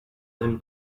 him